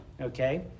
okay